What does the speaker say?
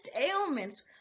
ailments